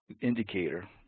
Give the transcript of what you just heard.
indicator